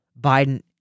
Biden